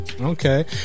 Okay